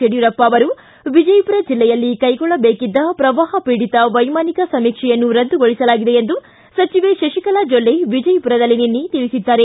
ಯಡಿಯೂರಪ್ಪ ಅವರು ವಿಜಯಪುರ ಜಿಲ್ಲೆಯಲ್ಲಿ ಕೈಗೊಳ್ಳಬೇಕಿದ್ದ ಪ್ರವಾಹ ಪೀಡಿತ ವೈಮಾನಿಕ ಸಮೀಕ್ಷೆಯನ್ನು ರದ್ದುಗೊಳಿಸಲಾಗಿದೆ ಎಂದು ಸಚಿವೆ ಶಶಿಕಲಾ ಜೊಲ್ಲೆ ವಿಜಯಮರದಲ್ಲಿ ನಿನ್ನೆ ತಿಳಿಸಿದ್ದಾರೆ